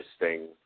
interesting